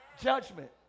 Judgment